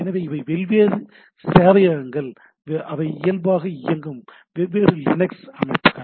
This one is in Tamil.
எனவே இவை வெவ்வேறு சேவையகங்கள் அவை இயல்பாக இயங்கும் வெவ்வேறு லினக்ஸ் அமைப்புகள்